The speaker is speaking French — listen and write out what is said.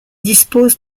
dispose